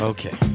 Okay